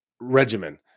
regimen